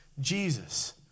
Jesus